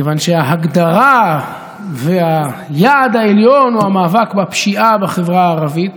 מכיוון שההגדרה והיעד העליון הוא המאבק בפשיעה בחברה הערבית.